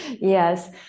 yes